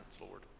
Lord